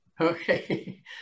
Okay